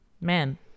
man